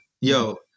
yo